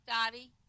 Dottie